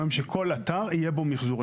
שכל אתר יהיה בו מחזור.